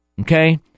okay